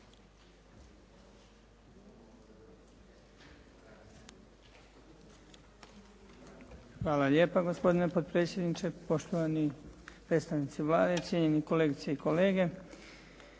Hvala lijepa gospodine potpredsjedniče, poštovani predstavnici Vlade, cijenjene kolegice i kolege.